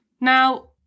Now